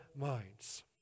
minds